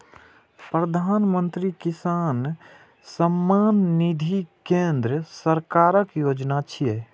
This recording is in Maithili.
प्रधानमंत्री किसान सम्मान निधि केंद्र सरकारक योजना छियै